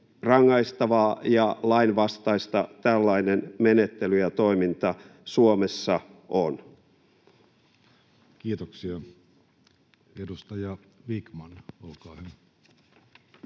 rangaistavaa ja lainvastaista tällainen menettely ja toiminta Suomessa on. Kiitoksia. — Edustaja Vikman, olkaa hyvä.